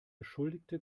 beschuldigte